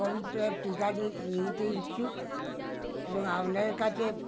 কভিদের টিকা নি নিতে ইচ্ছুক এবং আপনাদের কাছে